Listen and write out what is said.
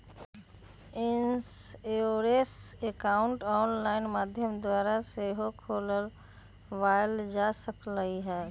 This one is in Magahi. इंश्योरेंस अकाउंट ऑनलाइन माध्यम द्वारा सेहो खोलबायल जा सकइ छइ